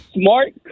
smart